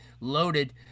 loaded